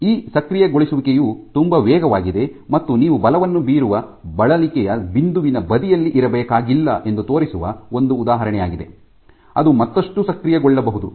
ಈ ಸಕ್ರಿಯಗೊಳಿಸುವಿಕೆಯು ತುಂಬಾ ವೇಗವಾಗಿದೆ ಮತ್ತು ನೀವು ಬಲವನ್ನು ಬೀರುವ ಬಳಲಿಕೆಯ ಬಿಂದುವಿನ ಬದಿಯಲ್ಲಿ ಇರಬೇಕಾಗಿಲ್ಲ ಎಂದು ತೋರಿಸುವ ಒಂದು ಉದಾಹರಣೆಯಾಗಿದೆ ಅದು ಮತ್ತಷ್ಟು ಸಕ್ರಿಯಗೊಳ್ಳಬಹುದು